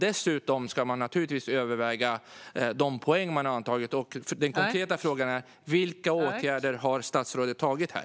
Dessutom ska naturligtvis de poäng som tagits övervägas. Min konkreta fråga är: Vilka åtgärder har statsrådet vidtagit här?